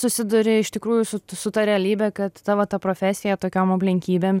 susiduri iš tikrųjų su su ta realybe kad tavo ta profesija tokiom aplinkybėm